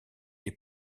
les